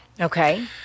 Okay